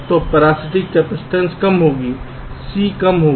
तो parasitic capacitance कम होगी C कम होगी